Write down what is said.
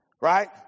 Right